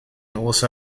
also